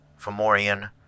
Fomorian